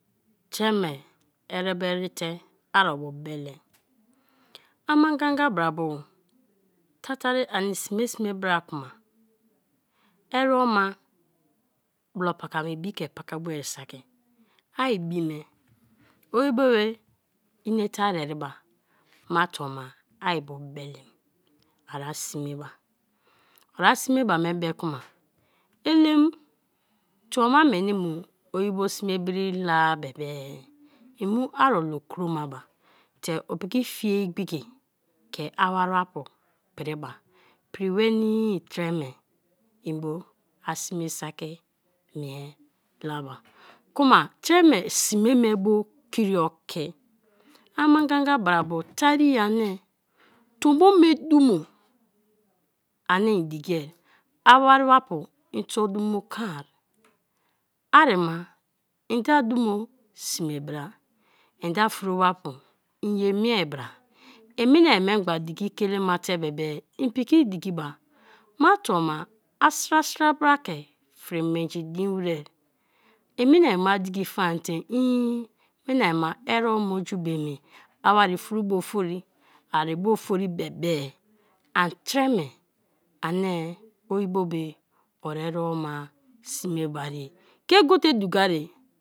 Tre me erebo ere te ari obu bele ama ganga bra bo tatari ani sme sme bra kma, erema blo paka ibim ke paka boa saki ai ibim me o yio be inete a ere ba; ma tuo ma i bu belem ari sme ba; a ra sme ba me kuma elem tuo ma mi ni mu oyio sme biri la be be-e imu aro lo kroma ba te opiki fie igbiki ke a wariapu piriba prin wenii tre me en bo a sme saki mie la ba kuma tre me sime me bo kirio ki ama ganga bra mo tari ye ani tombo me dumo kaan, arima inde a dumo sme bra, inde a fro ba pu en ye mie bra; en mina-a me mgbe diki kelema te be be; en piki dikiba, ma tuo ma a sra sra bra ke frimenji din were, en mina-ma diki fan te, ee mina-ma erema oju bio emi, a wari furo bo ofori, aribo ofori bebe an treme anie oyibo be o rema sme bare me gote dukarie.